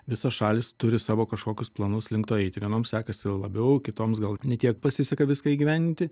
visos šalys turi savo kažkokius planus link to eiti vienoms sekasi labiau kitoms gal ne tiek pasiseka viską įgyvendinti